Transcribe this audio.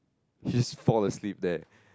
his fall asleep that